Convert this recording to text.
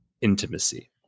intimacy